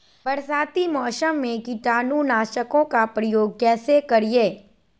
बरसाती मौसम में कीटाणु नाशक ओं का प्रयोग कैसे करिये?